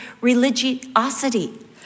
religiosity